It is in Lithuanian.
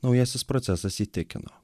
naujasis procesas įtikino